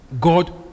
God